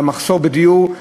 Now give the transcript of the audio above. המחסור בדיור.